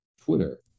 Twitter